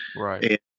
Right